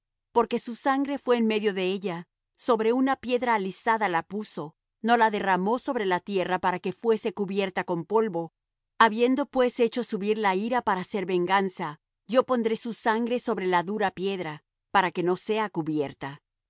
porque su sangre fué en medio de ella sobre una piedra alisada la puso no la derramó sobre la tierra para que fuese cubierta con polvo habiendo pues hecho subir la ira para hacer venganza yo pondré su sangre sobre la dura piedra para que no sea cubierta